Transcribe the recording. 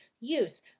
use